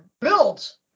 builds